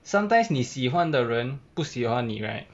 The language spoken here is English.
sometimes 你喜欢的人不喜欢你 right